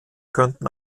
könnten